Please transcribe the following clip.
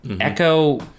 Echo